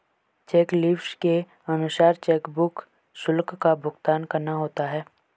check leaves के अनुसार chequebook शुल्क का भुगतान करना होता है